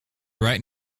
right